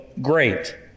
great